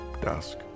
Dusk